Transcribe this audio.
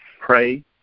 pray